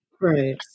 Right